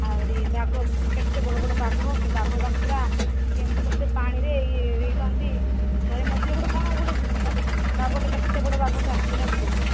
ଆଉରି ବାଘ କେତେ ବଡ଼ ବଡ଼ ବାଘ ସେ ବାଘ ଯାକ ପୁରା କେମିତି କରି ସେ ପାଣିରେ ଇଏ ହେଇଥାନ୍ତି ଥରେ ମଝିରେ ଗୋଟେ କ'ଣ ବାଘଟେ କେତେ ବଡ଼ ବାଘଟେ ଆସିଥିଲା ବୋଲି କହିଥିଲେ